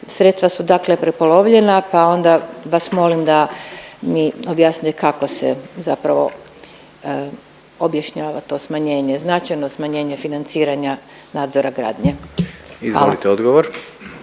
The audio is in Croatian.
Sredstva su dakle prepolovljena pa onda vas molim da mi objasnite kako se zapravo objašnjava to smanjenje, značajno smanjenje financiranja nadzora gradnje. Hvala.